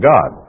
God